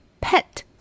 pet